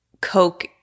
Coke